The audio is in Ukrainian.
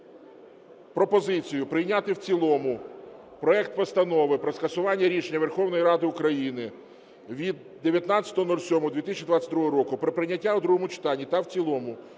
пропозицію прийняти в цілому проект Постанови про скасування рішення Верховної Ради України від 19.07.2022 року про прийняття у другому читанні та в цілому